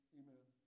amen